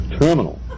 Terminal